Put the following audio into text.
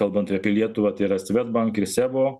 kalbant apie lietuvą yra swedbank ir sebo